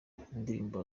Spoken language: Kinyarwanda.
indirimbo